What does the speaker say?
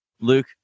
Luke